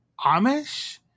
Amish –